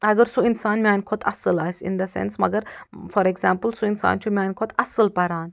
اگر سُہ اِنسان میانہِ کھۄتہٕ اصٕل آسہِ اِن دَ سٮ۪نٕس مگر فار اٮ۪گزامپٕل سُہ اِنسان چھُ میانہِ کھۄتہٕ اصٕل پَران